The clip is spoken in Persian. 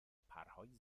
پرهای